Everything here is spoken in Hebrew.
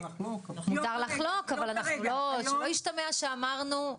שלא ישתמע שאמרנו.